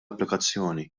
applikazzjoni